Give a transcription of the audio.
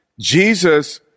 Jesus